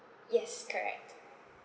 yes correct